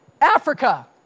Africa